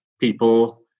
people